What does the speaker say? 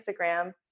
Instagram